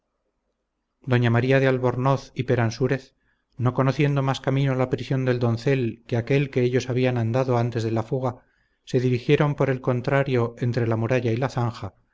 doña maría de albornoz y peransúrez no conociendo más camino a la prisión del doncel que aquél que ellos habían andado antes de la fuga se dirigieron por el contrario entre la muralla y la zanja